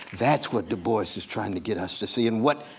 that's what du bois is trying to get us to see. and what